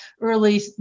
early